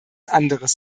anderes